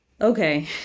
Okay